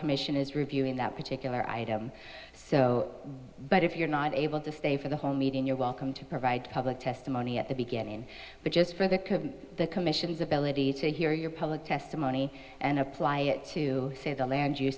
commission is reviewing that particular item so but if you're not able to stay for the whole meeting you're welcome to provide public testimony at the beginning but just for the the commission's ability to hear your public testimony and apply it to say the land